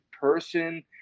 person